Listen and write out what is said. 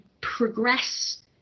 progress